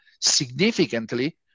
significantly